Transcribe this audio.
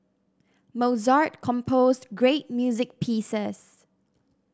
Mozart composed great music pieces